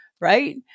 Right